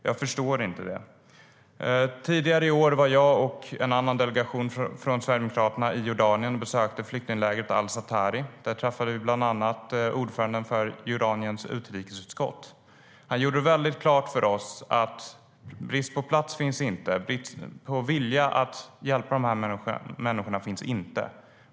Jag förstår det inte. Tidigare i år deltog jag och andra från Sverigedemokraterna i en delegation till Jordanien. Vi besökte flyktinglägret al-Zaatari. Där träffade vi bland annat ordföranden för Jordaniens utrikesutskott. Han gjorde väldigt klart för oss att brist på plats finns inte, brist på vilja att hjälpa människorna finns inte.